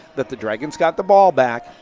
that the dragons got the ball back.